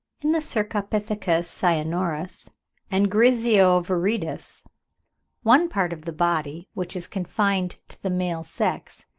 in the cercopithecus cynosurus and griseo-viridis one part of the body, which is confined to the male sex,